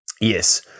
Yes